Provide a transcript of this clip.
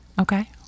Okay